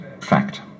fact